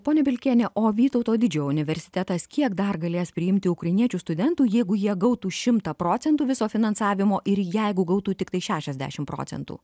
ponia pilkiene o vytauto didžiojo universitetas kiek dar galės priimti ukrainiečių studentų jeigu jie gautų šimtą procentų viso finansavimo ir jeigu gautų tiktai šešiasdešim procentų